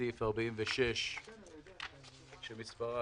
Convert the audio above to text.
רשימה שמספרה